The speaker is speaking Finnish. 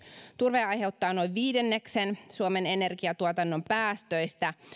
turve aiheuttaa noin viidenneksen suomen energiantuotannon päästöistä